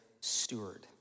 steward